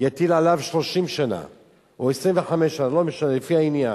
יטיל עליו 30 שנה או 25 שנה, לא משנה, לפי העניין,